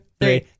three